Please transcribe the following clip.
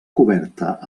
coberta